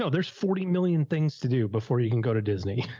so there's forty million things to do before you can go to disney.